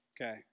Okay